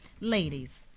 Ladies